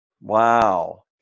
Wow